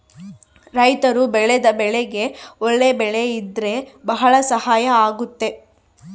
ರೈತರು ಬೆಳೆದ ಬೆಳೆಗೆ ಒಳ್ಳೆ ಬೆಲೆ ಇದ್ರೆ ಭಾಳ ಸಹಾಯ ಆಗುತ್ತೆ